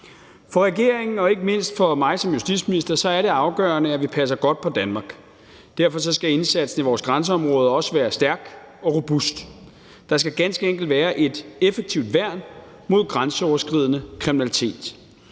For regeringen og ikke mindst for mig som justitsminister er det afgørende, at vi passer godt på Danmark. Derfor skal indsatsen i vores grænseområder også være stærk og robust. Der skal ganske enkelt være et effektivt værn mod grænseoverskridende kriminalitet.